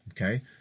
okay